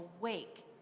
awake